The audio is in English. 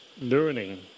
learning